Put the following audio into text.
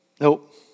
Nope